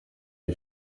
iyi